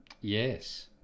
Yes